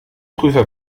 prüfer